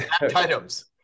items